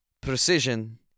precision